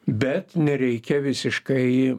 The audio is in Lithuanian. bet nereikia visiškai